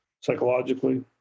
psychologically